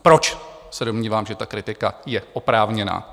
Proč se domnívám, že ta kritika je oprávněná?